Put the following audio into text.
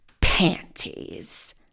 panties